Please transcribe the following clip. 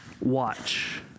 Watch